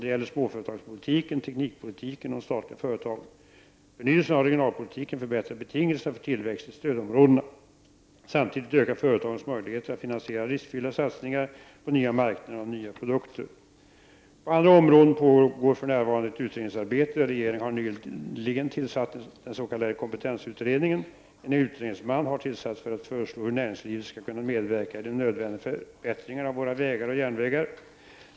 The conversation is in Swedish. Det gäller småföretagspolitiken, teknikpolitiken och de statliga företagen. Förnyelsen av regionalpolitiken förbättrar betingelserna för tillväxt i stödområdena. Samtidigt ökar företagens möjligheter att finansiera riskfyllda satsningar på nya marknader och nya produkter. På andra områden pågår för närvarande ett utredningsarbete. Regeringen har nyligen tillsatt den s.k. kompetensutredningen . En utredningsman har tillsatts för att föreslå hur näringslivet skall kunna medverka i de nödvändiga förbättringarna av våra vägar och järnvägar.